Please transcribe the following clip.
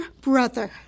brother